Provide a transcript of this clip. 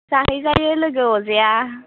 जाहै जायो लोगो अरजाया